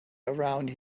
around